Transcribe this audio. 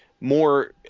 more